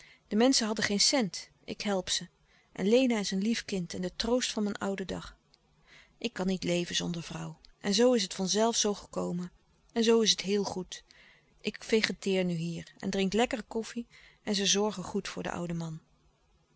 de menschen hadden geen cent ik help ze en lena is een lief kind en de troost van mijn ouden dag ik kan niet leven zonder vrouw en zoo is het van zelf zoo gekomen en zoo is het heel goed ik vegeteer nu hier en drink lekkere koffie en ze zorgen goed voor den ouden man